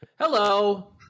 hello